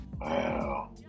Wow